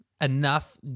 enough